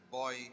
boy